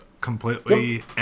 completely